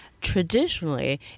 traditionally